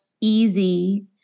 easy